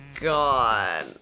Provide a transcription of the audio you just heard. god